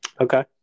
Okay